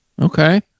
Okay